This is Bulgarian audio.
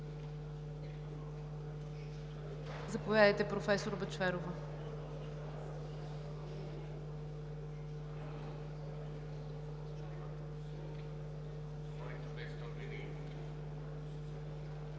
Заповядайте, професор Бъчварова.